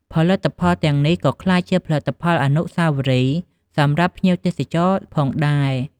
ផលិតផលទាំងនេះក៏ក្លាយជាផលិតផលអនុស្សាវរីយ៍សម្រាប់ភ្ញៀវទេសចរណ៍ផងដែរ។